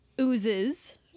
oozes